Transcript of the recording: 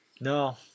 No